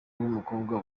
bw’umukobwa